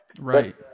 Right